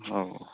औ